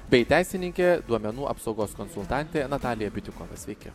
bei teisininkė duomenų apsaugos konsultantė natalija bitiukova sveiki